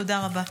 תודה רבה.